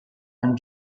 and